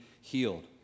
healed